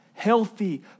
healthy